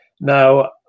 now